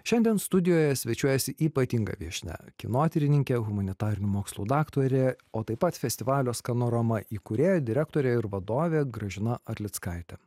šiandien studijoje svečiuojasi ypatinga viešnia kinotyrininkė humanitarinių mokslų daktarė o taip pat festivalio scanorama įkūrėja direktorė ir vadovė gražina arlickaitė